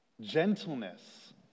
Gentleness